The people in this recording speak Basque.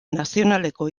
nazionaleko